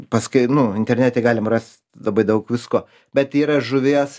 paskai nu internete galima rast labai daug visko bet yra žuvies